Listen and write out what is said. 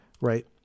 right